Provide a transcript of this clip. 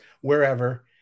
wherever